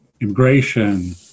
immigration